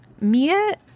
Mia